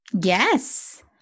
Yes